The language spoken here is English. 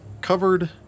covered